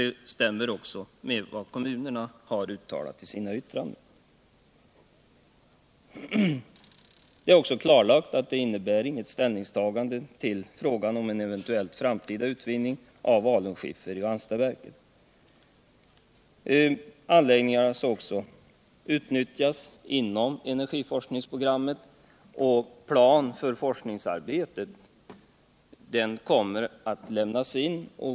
Detta stämmer också väl med vad kommunerna har uttalat i sina yttranden. Det är också klarlagt att det inte innebär något ställningstagande vill frågan om en eventuell framtida utvinning av alunskiffer vid Ranstadsverket. Anläggningarna skall även utnyttjas inom energiforskningsprogrammet. och en plan för forskningsarbetet kommer att lämnas in.